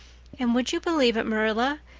and would you believe it, marilla?